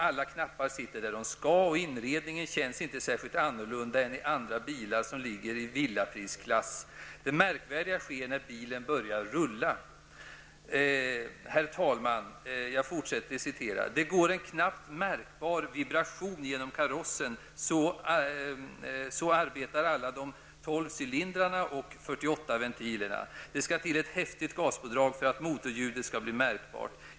Alla knappar sitter där de skall och inredningen känns inte särskilt annorlunda än i andra bilar som ligger i villaprisklass. Det märkvärdiga sker när bilen börjar rulla. Det går en knappt märkbar vibration genom karossen, så arbetar alla de 12 cylindrarna och 48 ventilerna. Det skall till ett häftigt gaspådrag för att motorljudet skall bli märkbart.